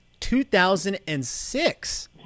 2006